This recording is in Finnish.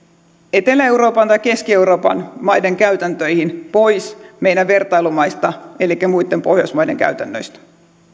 etelä euroopan tai keski euroopan maiden käytäntöihin pois meidän vertailumaistamme elikkä muitten pohjoismaiden käytännöistä